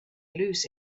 lose